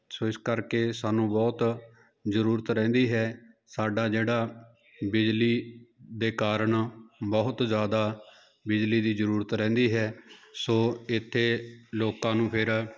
ਸੋ ਇਸ ਕਰਕੇ ਸਾਨੂੰ ਬਹੁਤ ਜ਼ਰੂਰਤ ਰਹਿੰਦੀ ਹੈ ਸਾਡਾ ਜਿਹੜਾ ਬਿਜਲੀ ਦੇ ਕਾਰਨ ਬਹੁਤ ਜ਼ਿਆਦਾ ਬਿਜਲੀ ਦੀ ਜ਼ਰੂਰਤ ਰਹਿੰਦੀ ਹੈ ਸੋ ਇੱਥੇ ਲੋਕਾਂ ਨੂੰ ਫਿਰ